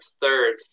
third